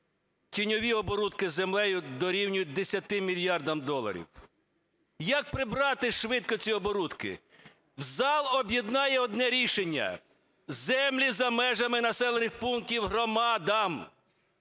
Тіньові оборудки із землею дорівнюють 10 мільярдам доларів. Як прибрати швидко ці оборудки? Зал об'єднає одне рішення: землі за межами населених пунктів – громадам!